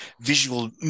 visual